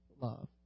love